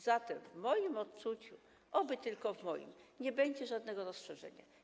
Zatem w moim odczuciu, oby tylko w moim, nie będzie żadnego rozszerzenia.